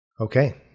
Okay